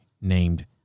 named